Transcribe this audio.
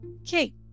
Okay